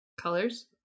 Colors